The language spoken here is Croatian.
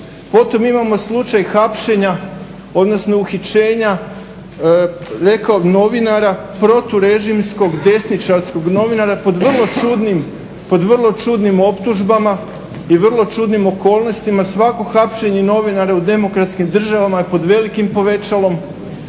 Potom imamo slučaj hapšenja, odnosno uhićenja novinara proturežimskog desničarskog novinara pod vrlo čudnim optužbama i vrlo čudnim okolnostima. Svako hapšenje novinara u demokratskim državama je pod velikim povećalom.